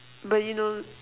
but you know